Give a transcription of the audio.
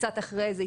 קצת אחרי זה,